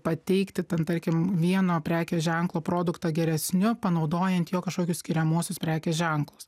pateikti ten tarkim vieno prekės ženklo produktą geresniu panaudojant jo kažkokius skiriamuosius prekės ženklus